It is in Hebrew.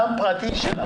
גם פרטי.